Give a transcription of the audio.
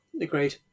agreed